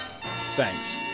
Thanks